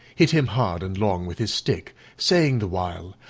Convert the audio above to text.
hit him hard and long with his stick, saying the while,